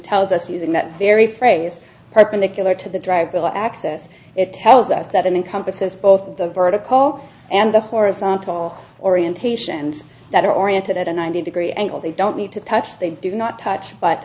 tells us using that very phrase perpendicular to the draggle access it tells us that an encompassing both the vertical and the horizontal orientation and that are oriented at a ninety degree angle they don't need to touch they do not touch but